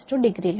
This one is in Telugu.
62 డిగ్రీ లు